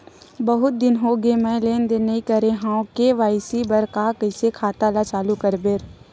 बहुत दिन हो गए मैं लेनदेन नई करे हाव के.वाई.सी बर का का कइसे खाता ला चालू करेबर?